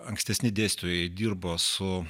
ankstesni dėstytojai dirbo su